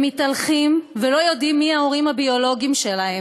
מתהלכים, ולא יודעים מי ההורים הביולוגיים שלהם.